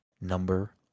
number